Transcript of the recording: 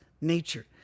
nature